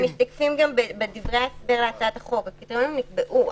הקריטריונים נקבעו.